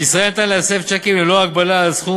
בישראל ניתן להסב צ'קים ללא הגבלה על הסכום